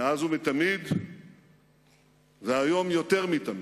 מאז ומתמיד והיום יותר מתמיד.